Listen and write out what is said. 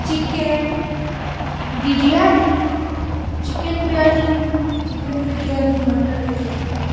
chicken biryani chicken chicken biryani ମଟର ବିରିୟାନି